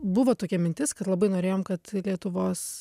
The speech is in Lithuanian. buvo tokia mintis kad labai norėjom kad lietuvos